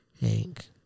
Hank